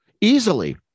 easily